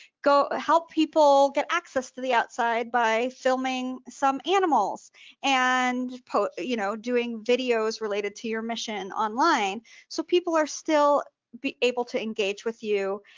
go help people get access to the outside by filming some animals and you know doing videos related to your mission online so people are still be able to engage with you,